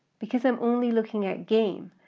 because i'm only looking at game,